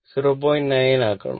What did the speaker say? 9 ആക്കണം